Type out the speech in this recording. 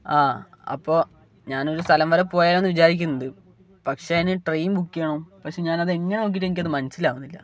ആ അപ്പോൾ ഞാൻ ഒരു സ്ഥലം വരെ പോയാലൊന്ന് വിചാരിക്കുന്നുണ്ട് പക്ഷേ അതിന് ട്രെയിൻ ബുക്ക് ചെയ്യണം പക്ഷേ ഞാൻ അത് എങ്ങനെ നോക്കീട്ടും എനിക്ക് അത് മനസ്സിലാവുന്നില്ല